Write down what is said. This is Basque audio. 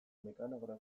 mekanografia